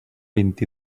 vint